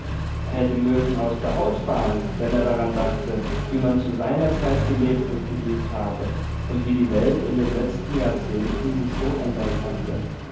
er hätte mögen aus der haut fahren wenn er daran dachte wie man zu seiner zeit gelebt und geliebt habe und wie die welt in den letzten jahrzehnten sich so ändern konnte